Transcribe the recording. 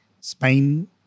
Spain